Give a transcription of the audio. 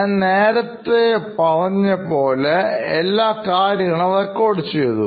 ഞാൻ നേരത്തെ പറഞ്ഞപോലെ എല്ലാ കാര്യങ്ങളും റെക്കോർഡ് ചെയ്തു